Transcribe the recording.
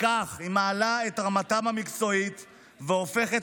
ובכך היא מעלה את רמתם המקצועית והופכת